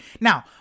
Now